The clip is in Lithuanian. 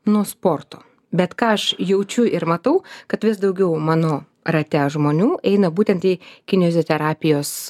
nuo sporto bet ką aš jaučiu ir matau kad vis daugiau mano rate žmonių eina būtent į kinioziterapijos